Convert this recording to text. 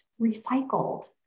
recycled